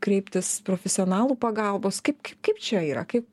kreiptis profesionalų pagalbos kaip kaip kaip čia yra kaip